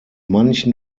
manchen